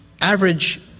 average